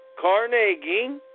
Carnegie